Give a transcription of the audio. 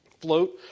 float